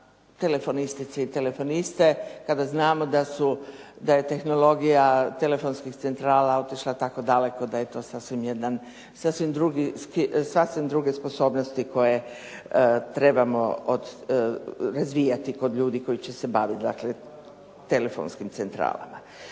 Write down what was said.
telefonistice i telefoniste kada znamo da je tehnologija telefonskih centrala otišla tako daleko da je to sasvim jedan, sasvim druge sposobnosti koje trebamo razvijati kod ljudi koji će se bavit dakle telefonskim centralama.